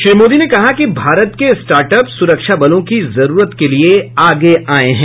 श्री मोदी ने कहा कि भारत के स्टार्टअप सुरक्षा बलों की जरूरत के लिए आगे आए हैं